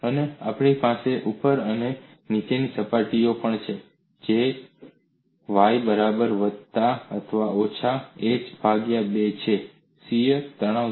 અને આપણી પાસે ઉપર અને નીચેની સપાટીઓ પણ છે જે y બરાબર વત્તા અથવા ઓછા h ભાગ્યા 2 છે શીયર તણાવ 0